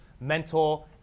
mentor